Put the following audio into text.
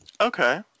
Okay